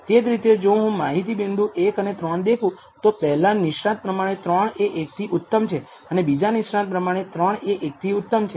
તે જ રીતે જો હું માહિતી બિંદુ 1 અને 3 દેખુ તો પહેલા નિષ્ણાંત પ્રમાણે પણ 3 એ 1 થી ઉત્તમ છે અને બીજા નિષ્ણાંત પ્રમાણે પણ 3 એ 1 થી ઉત્તમ છે